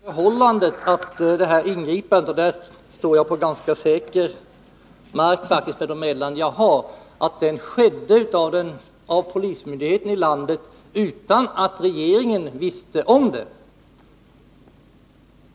Herr talman! Det ingripande som jag tidigare nämnt — och där står jag på ganska säker mark enligt de meddelanden jag har fått — gjordes av polismyndigheten i landet utan att regeringen visste om det.